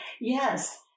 yes